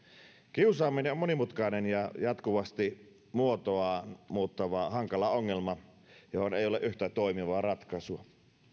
kiusaaminen on monimutkainen ja jatkuvasti muotoaan muuttava hankala ongelma johon ei ole yhtä toimivaa ratkaisua